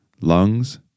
Lungs